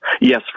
Yes